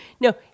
No